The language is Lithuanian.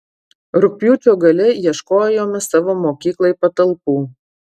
rugpjūčio gale ieškojome savo mokyklai patalpų